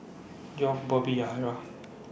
York Bobby and Yahaira